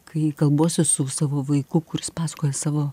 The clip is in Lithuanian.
kai kalbuosi su savo vaiku kuris pasakoja savo